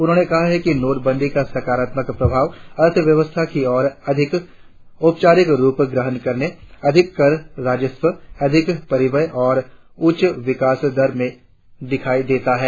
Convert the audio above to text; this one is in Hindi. उन्होंने कहा कि नोटबंदी का सकारात्मक प्रभाव अर्थव्यवस्था की और अधिक औपचारिक रुप ग्रहण करने अधिक कर राजस्व अधिक परिव्यय तथा उच्च विकास दर में दिखाई देता है